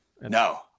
No